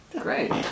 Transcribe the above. Great